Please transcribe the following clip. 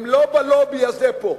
הם לא בלובי הזה פה.